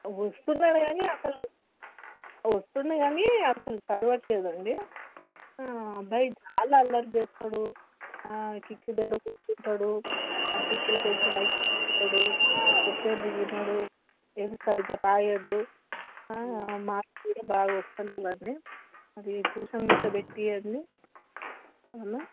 వస్తున్నాడు కానీ అసలు వస్తుండు కానీ అసలు చదవట్లేదు అండి అబ్బాయి చాలా అల్లరి చేస్తాడు కిటికి దగ్గర కూర్చుంటాడు ఆ కిటికిలికి వెళ్ళి బయటకి చూస్తాడు చెప్పేది వినడు ఏది సరిగా రాయడు మార్కులు కూడా బాగా వస్తలేదు వాడివి మరి ట్యూషన్ గిట్ల పెట్టించండి